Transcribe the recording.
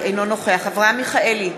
אינו נוכח אברהם מיכאלי,